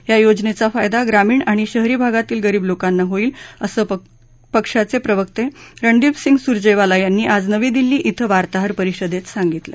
या योजनेचा फायदा ग्रामीण आणि शहरी भागातील गरीब लोकांना होईल असं पक्षाचे प्रवक्ते रणदीपसिंग सुर्जेवाला यांनी आज नवी दिल्ली बें वार्ताहर परिषदेत सांगितलं